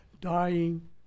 dying